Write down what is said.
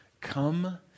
Come